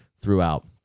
throughout